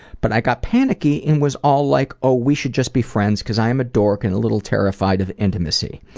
but i got panicky and was all like ah we should just be friends because i am a dork and little terrified of intimacy.